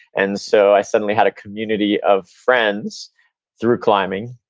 and so i suddenly had a community of friends through climbing,